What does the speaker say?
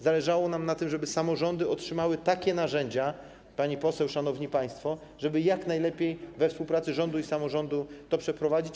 Zależało nam na tym, żeby samorządy otrzymały takie narzędzia, pani poseł, szanowni państwo, żeby jak najlepiej we współpracy rządu i samorządu to przeprowadzić.